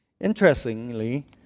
Interestingly